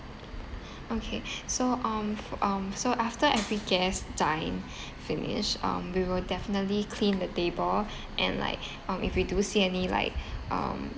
okay so um f~ um so after every guest dine finish um we will definitely clean the table and like um if we do see any like um